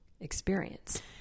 experience